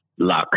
luck